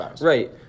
Right